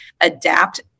adapt